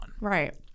Right